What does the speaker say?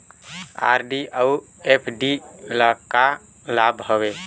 RD अऊ FD ल का लाभ हवे?